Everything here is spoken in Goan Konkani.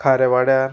खाऱ्या वाड्यार